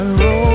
roll